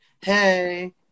hey